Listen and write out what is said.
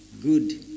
Good